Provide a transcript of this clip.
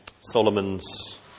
Solomon's